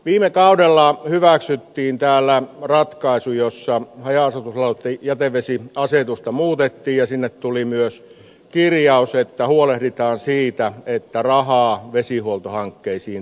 viime kaudella hyväksyttiin täällä ratkaisu jossa haja asutusalueiden jätevesiasetusta muutettiin ja sinne tuli myös kirjaus että huolehditaan siitä että rahaa vesihuoltohankkeisiin riittää